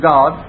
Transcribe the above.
God